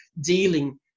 dealing